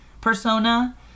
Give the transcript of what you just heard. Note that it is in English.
persona